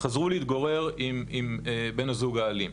חזרו להתגורר עם בן הזוג האלים.